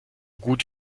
gut